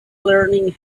learning